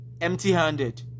empty-handed